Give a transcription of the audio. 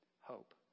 hope